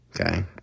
Okay